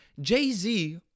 Jay-Z